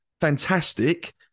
Fantastic